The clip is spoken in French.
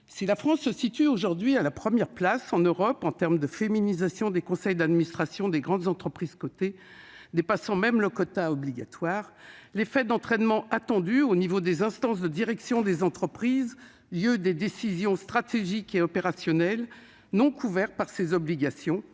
Si la France se situe aujourd'hui à la première place en Europe en matière de féminisation des conseils d'administration des grandes entreprises cotées, dépassant même le quota obligatoire, l'effet d'entraînement attendu au niveau des instances de direction des entreprises, lieux des décisions stratégiques et opérationnelles non couverts par ces obligations,